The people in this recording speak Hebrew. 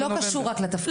לא קשור רק לתפקיד שלי.